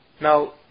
Now